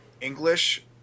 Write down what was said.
English